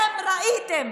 אתם ראיתם